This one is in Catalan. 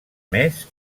més